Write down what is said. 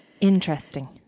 Interesting